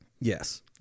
Yes